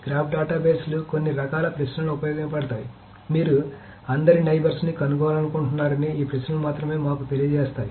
graph డేటాబేస్లు కొన్ని రకాల ప్రశ్నలకు ఉపయోగపడతాయి మీరు అందరి నైబర్స్ ని కనుగొనాలనుకుంటున్నారని ఈ ప్రశ్నలు మాకు తెలియజేస్తాయి